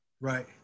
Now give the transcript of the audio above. Right